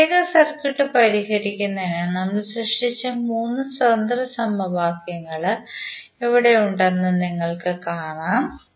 ഈ പ്രത്യേക സർക്യൂട്ട് പരിഹരിക്കുന്നതിന് നമ്മൾ സൃഷ്ടിച്ച 3 സ്വതന്ത്ര സമവാക്യങ്ങൾ ഇവിടെ ഉണ്ടെന്ന് നിങ്ങൾക് കാണാം